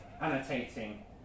annotating